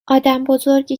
آدمبزرگی